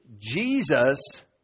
Jesus